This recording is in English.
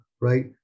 right